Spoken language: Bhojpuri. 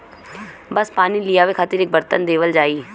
बस पानी लियावे खातिर एक बरतन देवल जाई